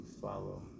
follow